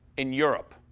in europe.